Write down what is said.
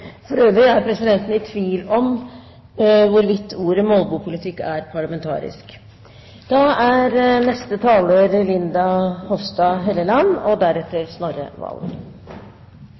For øvrig er presidenten i tvil om hvorvidt ordet «molbopolitikk» er parlamentarisk. Det er